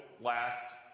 last